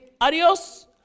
adios